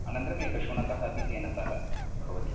अनन्तरम् एकः शुनकः अपि तेन सह भवति